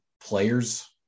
players